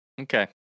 Okay